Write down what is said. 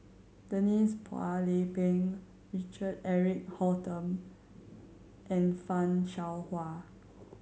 Denise Phua Lay Peng Richard Eric Holttum and Fan Shao Hua